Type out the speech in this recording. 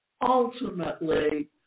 ultimately